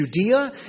Judea